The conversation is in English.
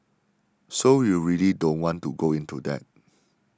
so you really don't want to go into that